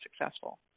successful